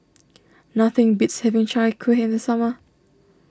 nothing beats having Chai Kueh in the summer